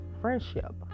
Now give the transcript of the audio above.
friendship